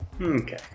Okay